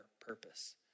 purpose